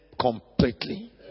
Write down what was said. completely